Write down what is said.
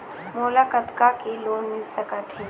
मोला कतका के लोन मिल सकत हे?